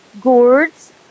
gourds